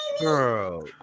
girl